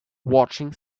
watching